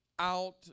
Out